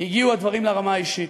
הגיעו הדברים לרמה האישית.